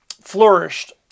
flourished